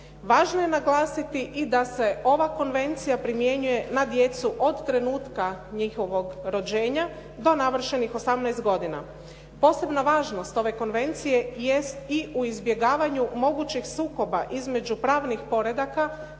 Važno je naglasiti i da se ova konvencija primjenjuje na djecu od trenutka njihovog rođenja, do navršenih 18 godina. Posebna važnost ove konvencije jest i u izbjegavanju mogućeg sukoba između pravnih poredaka